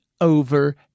over